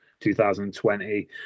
2020